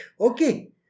Okay